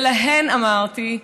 ולהן אמרתי: